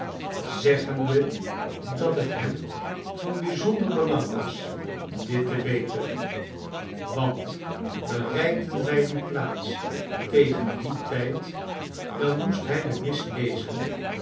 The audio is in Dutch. zeggende dat het hem van bijzonder belang was dit te weten want bereikten wij die plaats tegen dien tijd dan moest hij de mis lezen